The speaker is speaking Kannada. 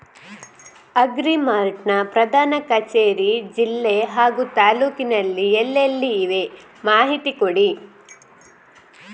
ಅಗ್ರಿ ಮಾರ್ಟ್ ನ ಪ್ರಧಾನ ಕಚೇರಿ ಜಿಲ್ಲೆ ಹಾಗೂ ತಾಲೂಕಿನಲ್ಲಿ ಎಲ್ಲೆಲ್ಲಿ ಇವೆ ಮಾಹಿತಿ ಕೊಡಿ?